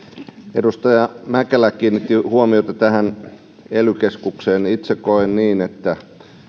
edustaja mäkelä kiinnitti huomiota ely keskukseen itse koen niin että